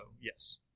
yes